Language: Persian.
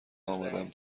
آمدم